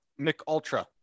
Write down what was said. McUltra